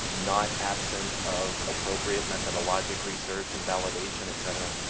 not absent of appropriate methodologic research and validation, et cetera.